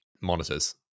monitors